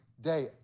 day